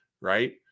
right